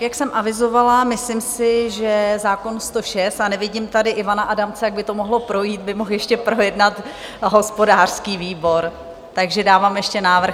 Jak jsem avizovala, myslím si, že zákon 106 a nevidím tady Ivana Adamce, tak by to mohlo projít by mohl ještě projednat hospodářský výbor, takže dávám ještě návrh.